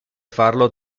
farlo